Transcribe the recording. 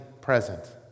present